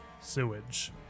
sewage